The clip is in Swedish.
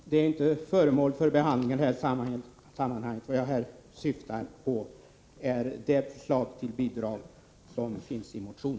Herr talman! Det fallet är inte föremål för behandling i detta sammanhang. Vad jag här syftar på är det förslag till bidrag som finns i vpk:s motion.